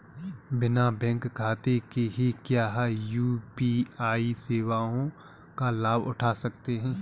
बिना बैंक खाते के क्या यू.पी.आई सेवाओं का लाभ उठा सकते हैं?